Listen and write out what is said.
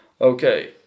Okay